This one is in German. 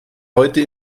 heute